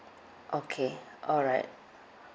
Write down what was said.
okay alright